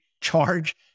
charge